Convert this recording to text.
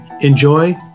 enjoy